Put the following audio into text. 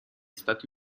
stati